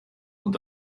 und